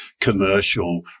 commercial